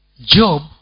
Job